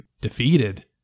defeated